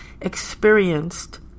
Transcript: experienced